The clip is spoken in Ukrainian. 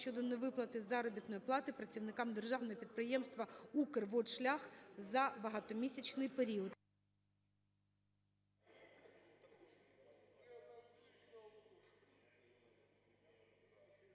щодо невиплати заробітної плати працівникам державного підприємства "Укрводшлях" за багатомісячний період.